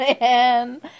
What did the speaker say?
man